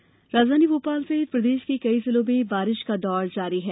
बारिश राजधानी भोपाल सहित प्रदेश के कई जिलों में बारिश का दौर जारी है